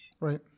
Right